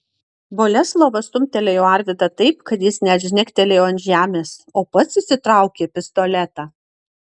boleslovas stumtelėjo arvydą taip kad jis net žnektelėjo ant žemės o pats išsitraukė pistoletą